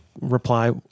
reply